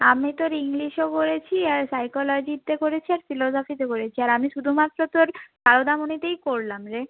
আমি তোর ইংলিশও ভরেছি আর সাইকোলজিতে করেছি আর ফিলোজফিতে করেছি আর আমি শুধুমাত্র তোর সারদামণিতেই করলাম রে